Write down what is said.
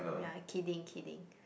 ya kidding kidding